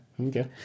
Okay